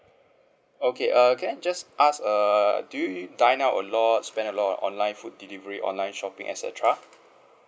okay err can I just ask err do you you dine out a lot spend a lot on online food delivery online shopping et cetera